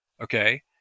Okay